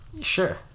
Sure